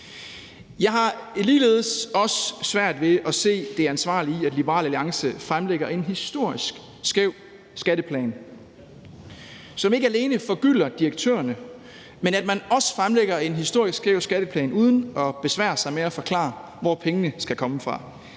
Jeg har ligeledes svært ved at se det ansvarlige i, at Liberal Alliance fremlægger en historisk skæv skatteplan, som ikke alene forgylder direktørerne, men også er historisk skæv, uden at man besværer sig med at forklare, hvor pengene skal komme fra.